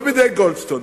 לא בידי גולדסטון.